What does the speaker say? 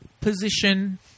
position